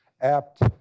apt